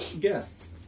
guests